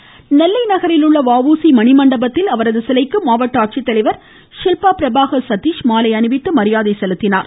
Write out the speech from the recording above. தொடர்ச்சி நெல்லை நகரில் உள்ள வஉசி மணிமண்டபத்தில் அவரது சிலைக்கு மாவட்ட ஆட்சித்தலைவர் ஷில்பா பிரபாகர் சதீஷ் மாலை அணிவித்து மரியாதை செலுத்தினார்